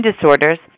disorders